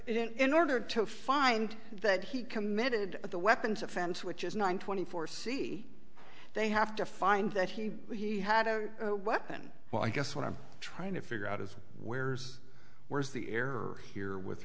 in order to find that he committed the weapons offense which is nine twenty four c they have to find that he he had a weapon well i guess what i'm trying to figure out is where's where's the error here with